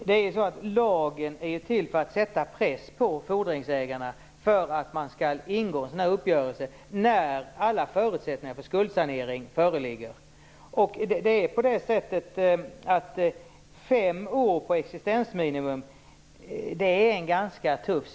Herr talman! Lagen är till för att sätta press på fordringsägaren att ingå en uppgörelse när alla förutsättningar för skuldsanering föreligger. Att leva i fem år på existensminimum är ganska tufft.